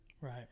Right